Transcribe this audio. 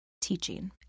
teaching